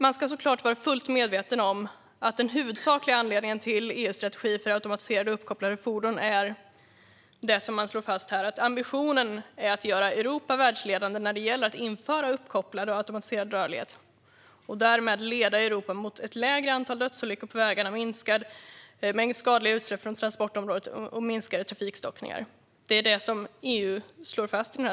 Vi ska dock vara fullt medvetna om att det huvudsakliga syftet med EU:s strategi för automatiserade och uppkopplade fordon är det som slås fast: Ambitionen är att göra Europa världsledande vad gäller att införa automatiserad och uppkopplad rörlighet och därmed leda Europa mot ett minskat antal dödsolyckor vägarna, minskad mängd skadliga utsläpp från transportområdet och minskade trafikstockningar.